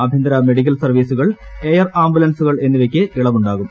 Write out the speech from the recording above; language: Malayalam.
ആഭ്യന്തര മെഡിക്കൽ സർവ്വീസുകൾ എയർ ആർബ്ുലൻസുകൾ എന്നിവയ്ക്ക് ഇളവുണ്ടാകും